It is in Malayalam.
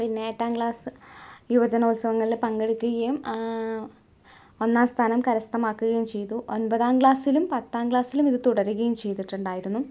പിന്നെ എട്ടാം ക്ലാസ്സ് യുവജനോത്സവങ്ങളിൽ പങ്കെടുക്കുകയും ഒന്നാം സ്ഥാനം കരസ്ഥമാക്കുകയും ചെയ്തു ഒൻപതാം ക്ലാസ്സിലും പത്താം ക്ലാസ്സിലും ഇത് തുടരുകയും ചെയ്തിട്ടുണ്ടായിരുന്നു